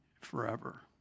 forever